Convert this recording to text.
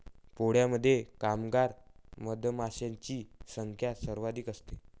पोळ्यामध्ये कामगार मधमाशांची संख्या सर्वाधिक असते